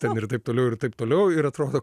ten ir taip toliau ir taip toliau ir atrodo